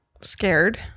scared